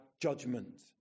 judgment